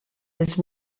els